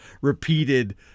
repeated